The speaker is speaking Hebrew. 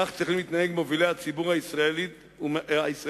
כך צריכים להתנהג מובילי הציבור הישראלי ומנהיגיו.